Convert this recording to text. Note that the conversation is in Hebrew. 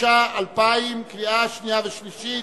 התשע"א 2010, קריאה שנייה וקריאה שלישית.